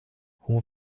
hon